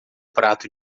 prato